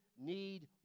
need